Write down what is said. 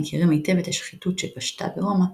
המכירים היטב את השחיתות שפשתה ברומא,